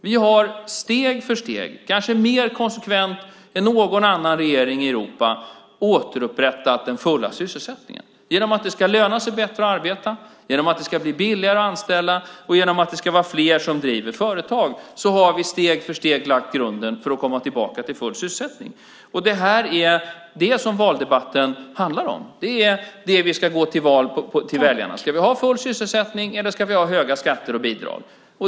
Vi har steg för steg, kanske mer konsekvent än någon annan regering i Europa, återupprättat den fulla sysselsättningen. Genom att det ska löna sig bättre att arbeta, bli billigare att anställa och vara fler som driver företag har vi steg för steg lagt grunden för att komma tillbaka till full sysselsättning. Detta är vad valdebatten handlar om. Det är det vi ska gå till val på. Ska vi ha full sysselsättning eller ska vi ha höga skatter och bidrag?